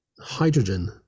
hydrogen